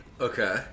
Okay